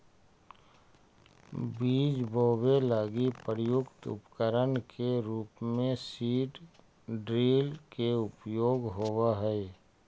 बीज बोवे लगी प्रयुक्त उपकरण के रूप में सीड ड्रिल के उपयोग होवऽ हई